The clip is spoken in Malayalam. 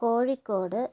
കോഴിക്കോട്